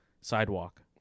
sidewalk